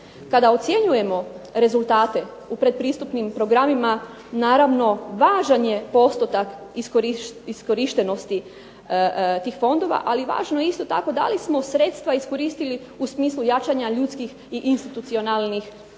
Kada ocjenjujemo rezultate u pretpristupnim programima naravno važan je postotak iskorištenosti tih fondova ali važno je isto tako da li smo sredstva iskoristili u smislu jačanja ljudskih i sustavnih kapaciteta